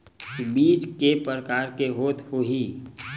बीज के प्रकार के होत होही?